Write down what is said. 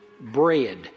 bread